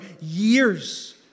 years